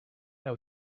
heu